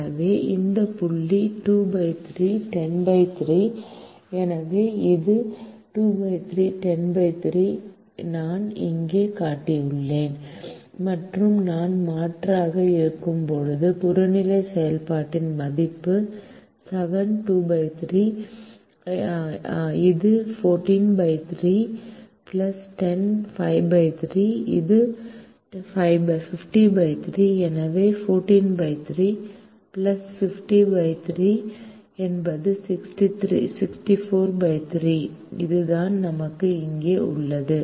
எனவே இந்த புள்ளி 23 103 எனவே இது 23 103 நான் இங்கே காட்டியுள்ளேன் மற்றும் நாம் மாற்றாக இருக்கும் போது புறநிலை செயல்பாட்டு மதிப்பு 7 23 இது 143 10 53 இது 503 எனவே 143 50 3 என்பது 643 இதுதான் நமக்கு இங்கே உள்ளது